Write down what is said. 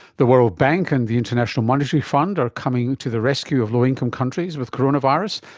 the world bank and the international monetary fund are coming to the rescue of low-income countries with coronavirus,